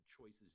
choices